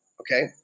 Okay